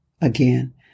Again